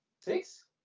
six